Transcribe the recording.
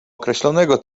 określonego